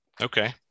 Okay